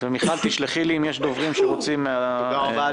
ומיכל, תשלחי לי אם דוברים שרוצים לדבר.